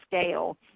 scale